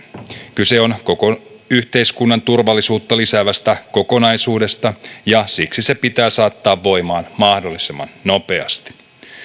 kyse on koko yhteiskunnan turvallisuutta lisäävästä kokonaisuudesta ja siksi se pitää saattaa voimaan mahdollisimman nopeasti